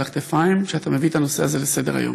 הכתפיים כשאתה מביא את הנושא הזה לסדר-היום.